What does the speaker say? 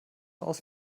aus